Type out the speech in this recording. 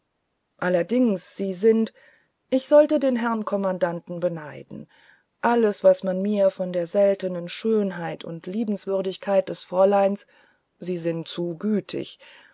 allerdings sie sind ich sollte den herrn kommandanten beneiden alles was man mir von der seltenen schönheit und liebenswürdigkeit des fräuleins sie sind zu gütig